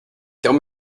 tell